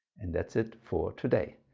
and that's it for today.